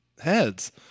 heads